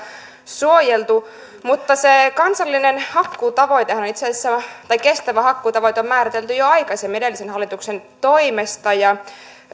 suojeltu se kansallinen hakkuutavoite kestävä hakkuutavoite on määritelty itse asiassa jo aikaisemmin edellisen hallituksen toimesta